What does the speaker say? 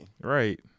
Right